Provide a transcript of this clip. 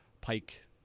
Pike